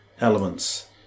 elements